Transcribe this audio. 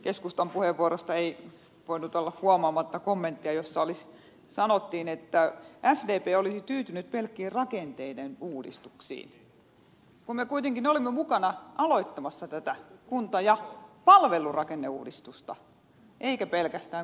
keskustan puheenvuorosta ei voinut olla huomaamatta kommenttia jossa sanottiin että sdp olisi tyytynyt pelkkiin rakenteiden uudistuksiin kun me kuitenkin olimme mukana aloittamassa tätä kunta ja palvelurakenneuudistusta eikä pelkästään kuntarakenneuudistusta